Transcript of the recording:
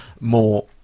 more